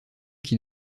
qui